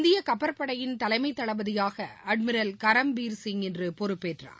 இந்தியகப்பற்படையின் தலைமைதளபதியாக அட்மிரல் பரம்வீர்சிங் இன்றுபொறுப்பேற்றார்